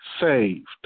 saved